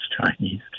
Chinese